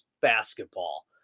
basketball